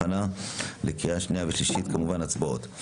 הכנה לקריאה שנייה ושלישית וכמובן הצבעות.